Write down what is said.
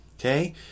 okay